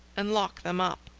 and lock them up.